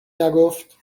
نگفت